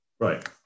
right